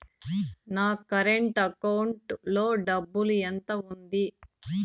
నా current account లో డబ్బులు ఎంత ఉంది?